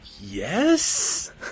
Yes